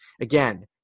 Again